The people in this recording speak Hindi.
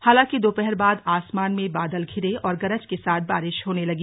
हालांकि दोपहर बाद आसमान में बादल घिरे और गरज के साथ बारिश होने लगी